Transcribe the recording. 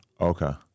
Okay